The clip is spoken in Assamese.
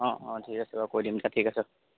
অঁ অঁ ঠিক আছে বাৰু কৈ দিম দিয়া ঠিক আছে